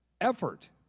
effort